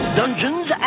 dungeons